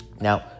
Now